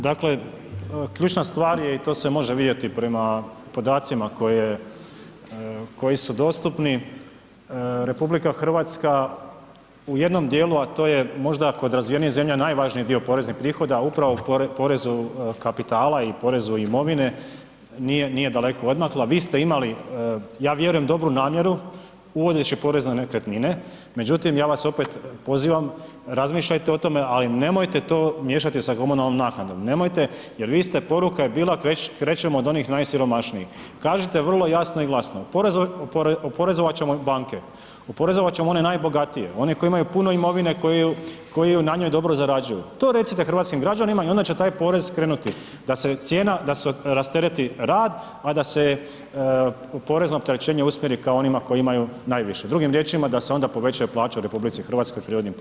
Dakle, ključna stvar je i to se može vidjeti prema podacima koje, koji su dostupni, RH u jednom dijelu, a to je možda kod razvijenijih zemlja najvažniji dio poreznih prihoda upravo u porezu kapitala i porezu imovine, nije, nije daleko odmakla, vi ste imali, ja vjerujem dobru namjeru uvodeći porez na nekretnine, međutim ja vas opet pozivam, razmišljajte o tome, ali nemojte to miješati sa komunalnom naknadom, nemojte jer vi ste, poruka je bila krećemo od onih najsiromašnijih, kažite vrlo jasno i glasno, oporezovat ćemo banke, oporezovat ćemo one najbogatije, one koji imaju puno imovine koji na njoj dobro zarađuju, to recite hrvatskim građanima i onda će taj porez krenuti, da se cijena, da se rastereti rad, a da se porezno opterećenje usmjeri ka onima koji imaju najviše, drugim riječima da se onda povećaju plaće u RH prirodnim putem.